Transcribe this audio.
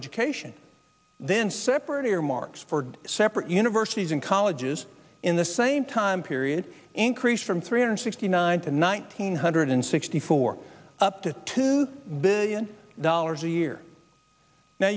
for separate universities and colleges in the same time period increase from three hundred sixty nine to nineteen hundred and sixty four up to two billion dollars a year now